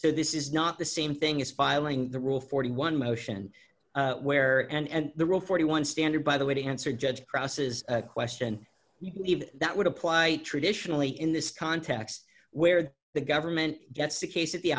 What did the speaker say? so this is not the same thing is filing the rule forty one motion where and the rule forty one standard by the way to answer judge crosses question if that would apply traditionally in this context where the government gets sick ace at the